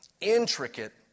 intricate